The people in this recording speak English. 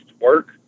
work